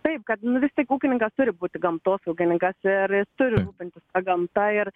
taip kad vis tik ūkininkas turi būti gamtosaugininkas ir jis turi rūpintis ta gamta ir